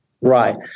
Right